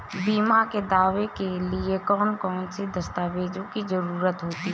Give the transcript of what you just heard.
बीमा के दावे के लिए कौन कौन सी दस्तावेजों की जरूरत होती है?